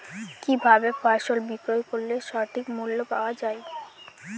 কি ভাবে ফসল বিক্রয় করলে সঠিক মূল্য পাওয়া য়ায়?